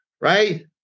right